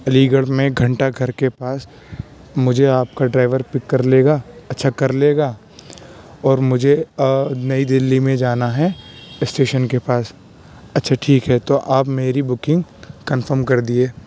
علی گڑھ میں گھنٹہ گھر کے پاس مجھے آپ کا ڈرائیور پک کر لے گا اچھا کر لے گا اور مجھے نئی دلی میں جانا ہے اسٹیشن کے پاس اچھا ٹھیک ہے تو آپ میری بکنگ کنفرم کر دیے